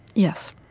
yes